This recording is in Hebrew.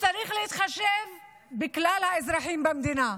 שצריך להתחשב בכלל האזרחים במדינה,